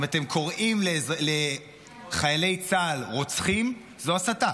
אם אתם קוראים לחיילי צה"ל "רוצחים", זו הסתה.